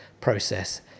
process